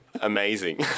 amazing